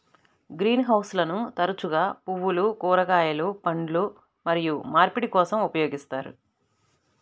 green హౌస్లను తరచుగా పువ్వులు, కూరగాయలు, పండ్లు మరియు మార్పిడి కోసం ఉపయోగిస్తారు